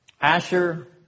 Asher